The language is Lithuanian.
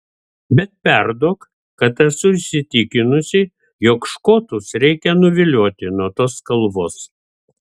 bet perduok kad esu įsitikinusi jog škotus reikia nuvilioti nuo tos kalvos